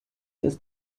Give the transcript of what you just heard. ist